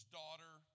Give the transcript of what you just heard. daughter